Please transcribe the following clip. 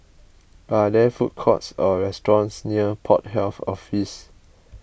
are there food courts or restaurants near Port Health Office